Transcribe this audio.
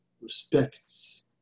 respects